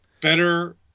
Better